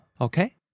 okay